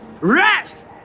rest